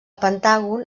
pentàgon